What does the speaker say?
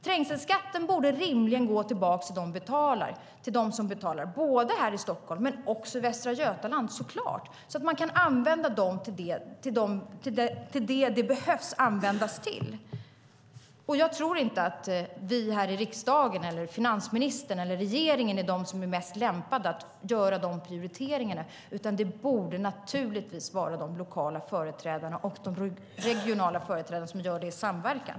Trängselskatten borde rimligen gå tillbaka till dem som betalar, både i Stockholm och, självfallet, i Västra Götaland så att pengarna kan användas till det som de behöver användas till. Jag tror inte att vi i riksdagen eller finansministern eller regeringen är bäst lämpade att göra dessa prioriteringar, utan de borde naturligtvis göras av de lokala och regionala företrädarna i samverkan.